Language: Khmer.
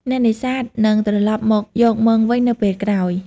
អ្នកនេសាទនឹងត្រឡប់មកយកមងវិញនៅពេលក្រោយ។